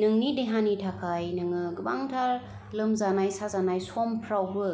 नोंनि देहानि थाखाय नोङो गोबांथार लोमजानाय साजानाय समफ्रावबो